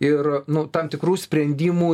ir nu tam tikrų sprendimų